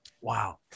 Wow